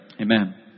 Amen